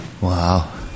Wow